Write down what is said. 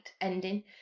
ending